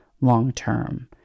long-term